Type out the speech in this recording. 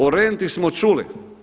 O renti smo čuli.